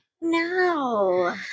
No